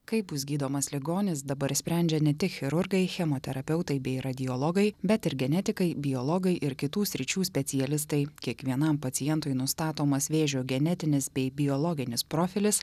kaip bus gydomas ligonis dabar sprendžia ne tik chirurgai chemoterapeutai bei radiologai bet ir genetikai biologai ir kitų sričių specialistai kiekvienam pacientui nustatomas vėžio genetinis bei biologinis profilis